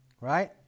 right